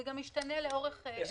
זה גם משתנה לאורך הזמן.